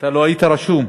לא היית רשום.